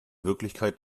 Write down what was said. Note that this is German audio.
wirklichkeit